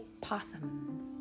Possums